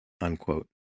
unquote